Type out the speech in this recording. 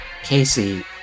Casey